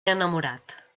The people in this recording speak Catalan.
enamorat